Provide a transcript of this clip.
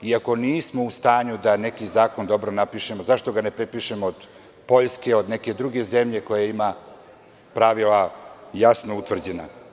Ako nismo u stanju da neki zakon dobro napišemo, zašto ga ne prepišemo od Poljske ili od neke druge zemlje koja ima jasno utvrđena pravila?